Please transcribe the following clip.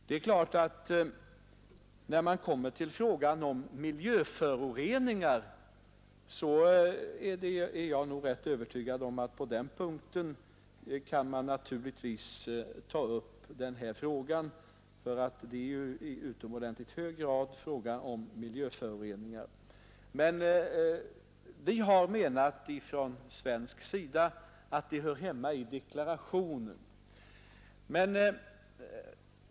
Men jag är övertygad om att man kan ta upp denna fråga när man kommer till punkten om miljöföroreningar, ty det är ju i utomordentligt hög grad fråga om miljöföroreningar. På svensk sida har vi dock menat att denna fråga hör hemma i deklarationen.